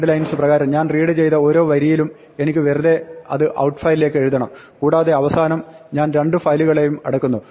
readlines പ്രകാരം ഞാൻ read ചെയ്ത ഓരോ വരിയിലും എനിക്ക് വെറുതെ അത് outfile ലേക്ക് എഴുതണം കൂടാതെ അവസാനം ഞാൻ രണ്ട് ഫയലുകളെയും അടയ്ക്കുന്നു